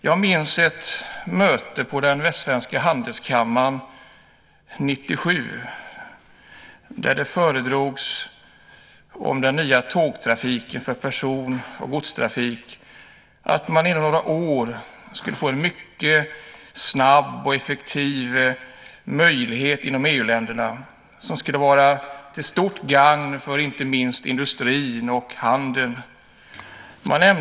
Jag minns ett möte på Västsvenska industri och handelskammaren 1997 när det föredrogs att tågtrafiken för person och godstrafiken inom några år skulle bli snabb och effektiv inom EU-länderna. Den skulle bli till stort gagn inte minst för industrin och handeln.